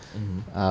mmhmm